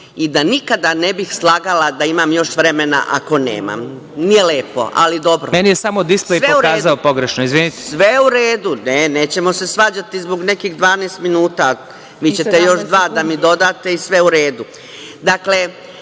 i da nikada ne bih slagala da imam još vremena, ako nemam. Nije lepo, ali dobro.(Predsedavajući: Meni je samo displej pokazao pogrešno. Izvinite.)Sve je u redu, nećemo se svađati zbog nekih 12 minuta. Vi ćete još dva da mi dodate i sve je u